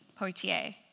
Poitier